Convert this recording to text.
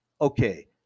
okay